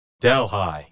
Delhi